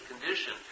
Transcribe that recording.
condition